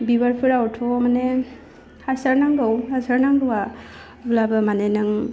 बिबारफोरावथ' माने हासार नांगौ हासार नांगौआ अब्लाबो माने नों